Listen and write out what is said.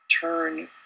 turn